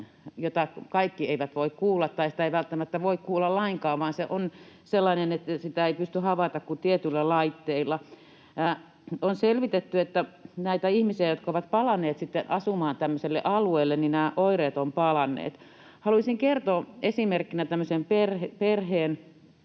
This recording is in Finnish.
jota kaikki eivät voi kuulla, tai sitä ei välttämättä voi kuulla lainkaan, vaan se on sellainen, että sitä ei pysty havaitsemaan kuin tietyillä laitteilla. On selvitetty, että näillä ihmisillä, jotka ovat palanneet sitten asumaan tämmöiselle alueelle, nämä oireet on palanneet. Haluaisin kertoa esimerkkinä tämmöisen perheen,